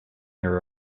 your